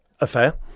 affair